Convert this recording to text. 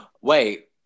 Wait